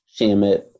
Shamit